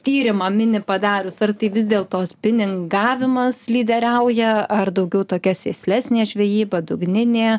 tyrimą mini padarius ar tai vis dėlto spiningavimas lyderiauja ar daugiau tokia sėslesnė žvejyba dugninė